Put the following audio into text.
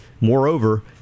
Moreover